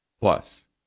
plus